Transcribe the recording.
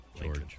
George